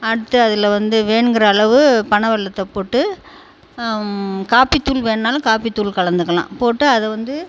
அடுத்து அதில் வந்து வேணுங்கிற அளவு பனை வெல்லத்தை போட்டு காப்பித் தூள் வேணுன்னாலும் காப்பித் தூள் கலந்துக்கலாம் போட்டு அதை வந்து